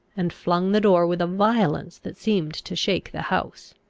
and flung the door with a violence that seemed to shake the house.